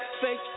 Fake